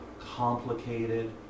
complicated